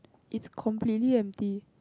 it's completely empty